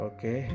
Okay